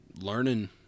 learning